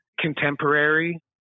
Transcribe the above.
contemporary